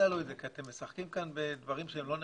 אתם משחקים כאן בדברים לא נכונים.